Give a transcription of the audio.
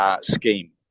scheme